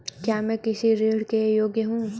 क्या मैं कृषि ऋण के योग्य हूँ?